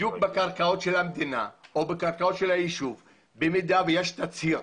בקרקעות של המדינה או של היישוב, אם יש תצהיר